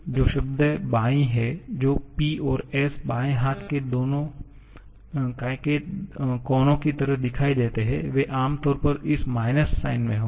जो शब्द बाईं है जो P और S बाएँ हाथ के कोनों की तरह दिखाई देते हैं वे आम तौर पर इस माइनस साइन में होंगे